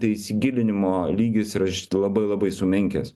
tai įsigilinimo lygis yra labai labai sumenkęs